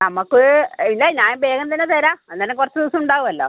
നമുക്ക് ഇല്ല ഞാൻ വേഗം തന്നെ വരാം അന്നേരം കുറച്ച് ദിവസം ഉണ്ടാവുമല്ലോ